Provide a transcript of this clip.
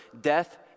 death